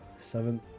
seven